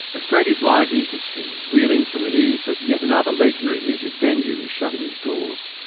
australia's live music scene is reeling from the news that yet another legendary music venue is shutting its doors.